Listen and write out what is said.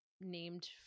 named